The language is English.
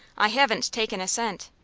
i haven't taken a cent.